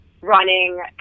running